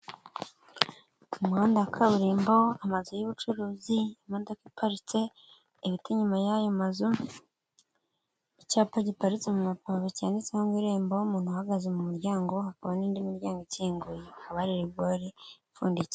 Umuhanda wa kaburimbo amazu y'ubucuruzi, imodoka iparitse, ibiti inyuma yayo mazu, icyapa giparitse muma pave cyanditseho ngo IREMBO, umuntu uhagaze mum'uryango, hakaba nindi miryango ifunguye, hakaba hari rigori ifundikiye.